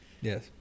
Yes